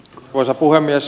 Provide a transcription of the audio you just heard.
arvoisa puhemies